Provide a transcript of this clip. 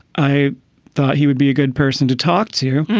i thought he would be a good person to talk to you.